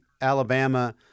Alabama